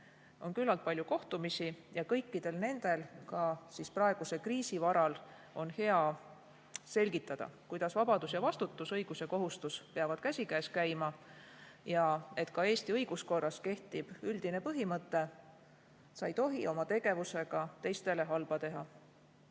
ja on palju kohtumisi. Kõikidele nendele on praeguse kriisi varal hea selgitada, kuidas vabadus ja vastutus, õigus ja kohustus peavad käima käsikäes, ning seda, et ka Eesti õiguskorras kehtib üldine põhimõte: sa ei tohi oma tegevusega teistele halba teha.